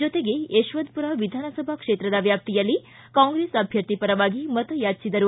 ಜೊತೆಗೆ ಯಶವಂತಪುರ ವಿಧಾನಸಭಾ ಕ್ಷೇತ್ರದ ವ್ಯಾಪ್ತಿಯಲ್ಲಿ ಕಾಂಗ್ರೆಸ್ ಅಭ್ಯರ್ಥಿ ಪರವಾಗಿ ಮತಯಾಚಿಸಿದರು